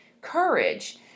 courage